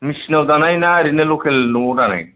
मेसिनाव दानाय ना ओरैनो लकेल न'आव दानाय